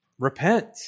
Repent